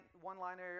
one-liner